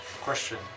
Question